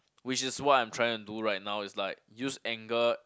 which is what I'm trying to do right now is like use anger